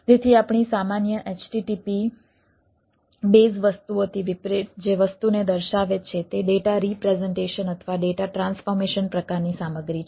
તેથી XML ની style અથવા ડેટા ટ્રાન્સફોર્મેશન પ્રકારની સામગ્રી છે